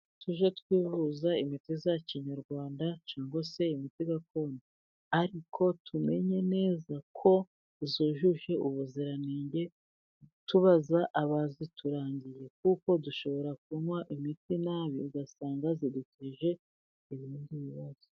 Tujye twivuza imiti ya kinyarwanda cyangwa se imiti gakondo, ariko tumenye neza ko yujuje ubuziranenge tubaza abayiturangiye, kuko dushobora kunywa imiti nabi ugasanga ziduteje ibindi bibazo.